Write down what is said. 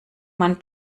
man